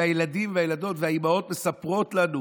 והילדים והילדות והאימהות מספרות לנו,